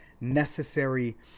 necessary